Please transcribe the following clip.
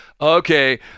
okay